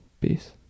Peace